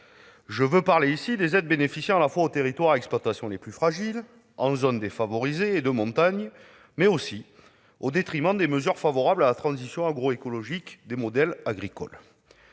je pense aux aides bénéficiant à la fois aux territoires et exploitations les plus fragiles, en zones défavorisées et de montagne -, mais aussi au détriment des mesures favorables à la transition agroécologique des modèles agricoles.